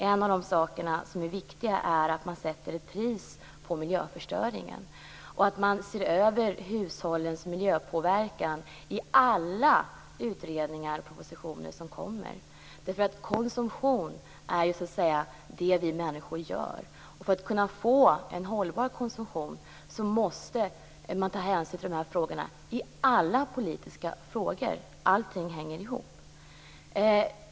En av de saker som är viktiga är att man sätter ett pris på miljöförstöringen och att man ser över hushållens miljöpåverkan i alla utredningar och propositioner som kommer, därför att konsumtion är så att säga det som vi människor gör. För att kunna få en hållbar konsumtion måste man ta hänsyn till miljömålen i alla politiska frågor - allting hänger ihop.